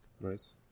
Nice